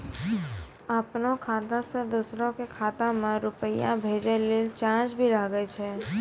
आपनों खाता सें दोसरो के खाता मे रुपैया भेजै लेल चार्ज भी लागै छै?